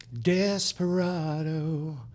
Desperado